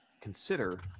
consider